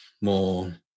more